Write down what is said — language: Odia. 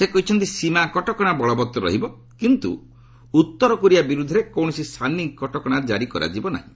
ସେ କହିଛନ୍ତି ସୀମା କଟକଣା ବଳବତ୍ତର ରହିବ କିନ୍ତୁ ଉତ୍ତର କୋରିଆ ବିରୁଦ୍ଧରେ କୌଣସି ସାନି କଟକଣା ଜାରି କରାଯିବ ନାହିଁ